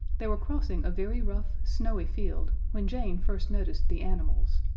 they were crossing a very rough, snowy field when jane first noticed the animals.